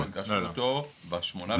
לא, הנגשנו אותו בשמיני לינואר.